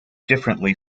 differently